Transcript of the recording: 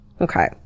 okay